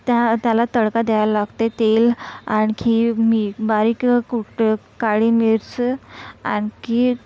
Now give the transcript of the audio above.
त्या त्याला तडका द्यायला लागते तेल आणखी मीठ बारीक कूट काळी मिरच आणखी